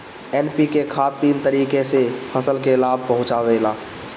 NPK खाद तीन तरीके से फसल के लाभ पहुंचावेला